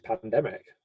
pandemic